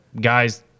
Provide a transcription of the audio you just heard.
guys